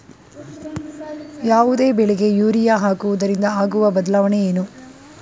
ಯಾವುದೇ ಬೆಳೆಗೆ ಯೂರಿಯಾ ಹಾಕುವುದರಿಂದ ಆಗುವ ಬದಲಾವಣೆ ಏನು?